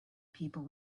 people